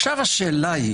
עכשיו השאלה היא